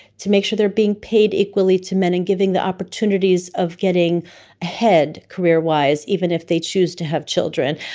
to make sure they're being paid equally to men and given the opportunities opportunities of getting ahead career-wise, even if they choose to have children.